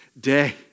day